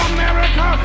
America